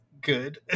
good